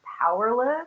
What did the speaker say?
powerless